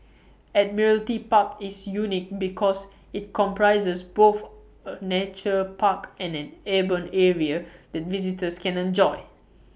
Admiralty Park is unique because IT comprises both A Nature Park and an urban area that visitors can enjoy